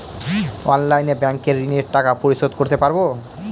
অনলাইনে ব্যাংকের ঋণের টাকা পরিশোধ করতে পারবো?